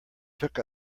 took